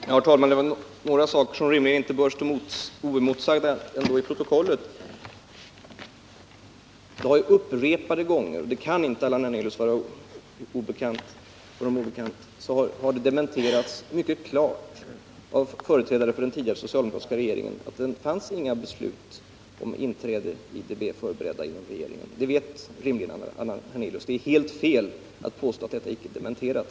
Herr talman! Några saker i det senaste anförandet bör rimligen inte stå oemotsagda i protokollet. Det har upprepade gånger — det kan inte vara obekant för Allan Hernelius — mycket klart dementerats av företrädare för den tidigare socialdemokratiska regeringen att det skulle ha funnits några beslut förberedda om inträde i IDB. Det vet Allan Hernelius. Det är helt fel att påstå att detta inte är dementerat.